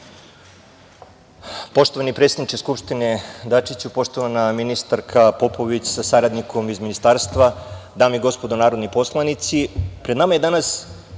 predsedniče Skupštine Dačiću, poštovana ministarka Popović sa saradnikom iz Ministarstva, dame i gospodo narodni poslanici, pred nama je dana